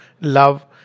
love